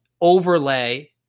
overlay